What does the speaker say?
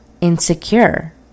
insecure